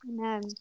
Amen